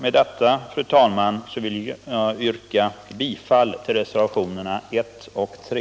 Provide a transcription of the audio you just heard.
Med detta, fru talman, vill jag yrka bifall till reservationerna 1 och 3.